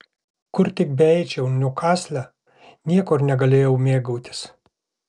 kur tik beeičiau niukasle niekur negalėjau mėgautis